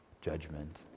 judgment